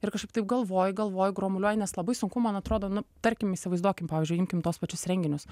ir kažkaip taip galvoji galvoji gromuliuoji nes labai sunku man atrodo nu tarkim įsivaizduokim pavyzdžiui imkim tuos pačius renginius